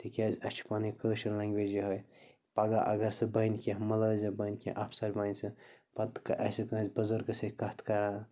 تِکیٛاز اَسہِ چھِ پنٕنۍ کٲشِر لٮ۪نٛگویج یِہوٚے پگاہ اَگر سُہ بنہِ کیٚنٛہہ مُلٲزِم بنہِ کیٚنٛہہ اَفسَر بنہِ سُہ پتہٕ آسہِ کٲنٛسہِ بٕزَرگس سۭتۍ کَتھ کَران